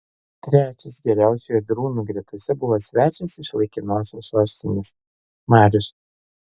trečias geriausių ėdrūnų gretose buvo svečias iš laikinosios sostinės marius